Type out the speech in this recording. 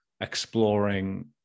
exploring